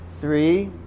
three